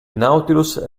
nautilus